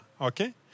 okay